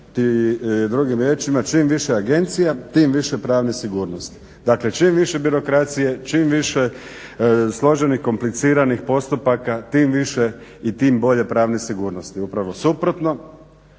drugim riječima, čim više agencija, tim više pravnih sigurnosti. Dakle, čim više birokracije, čim više složenih, kompliciranih postupaka, tim više i tim bolje pravne sigurnosti. Upravo suprotno,